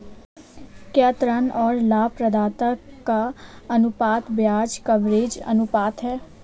क्या ऋण और लाभप्रदाता का अनुपात ब्याज कवरेज अनुपात है?